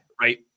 right